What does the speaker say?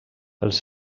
els